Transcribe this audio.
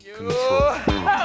Control